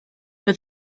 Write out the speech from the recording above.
but